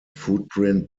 footprint